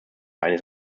eines